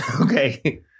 okay